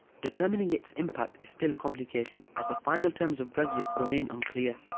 determining its impact is still complicated, as the final terms of brexit remain unclear,